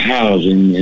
Housing